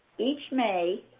each may,